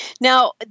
Now